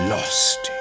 Lost